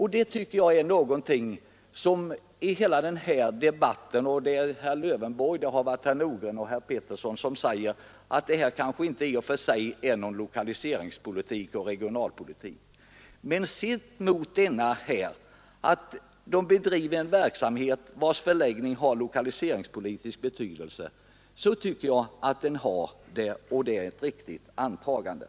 Herr Lövenborg, herr Nordgren och herr Peterson har sagt att detta kanske i och för sig inte är någon lokaliseringspolitik eller regionalpolitik. Men sett mot bakgrunden av att man bedriver en verksamhet vars förläggning har lokaliseringspolitisk betydelse tycker jag ändå det är ett riktigt antagande.